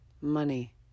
money